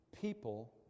People